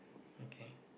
okay